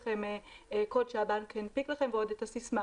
קוד שהבנק הנפיק וגם סיסמה.